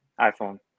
iphone